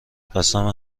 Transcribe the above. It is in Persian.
قسم